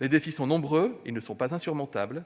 Les défis sont nombreux, mais ils ne sont pas insurmontables.